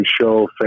Show